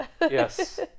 Yes